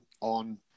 on